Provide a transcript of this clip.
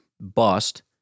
bust